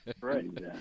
right